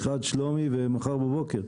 השר לפיתוח הפריפריה, הנגב והגליל, בבקשה.